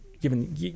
Given